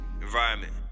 environment